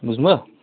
बुझ्नुभयो